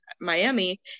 miami